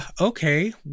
okay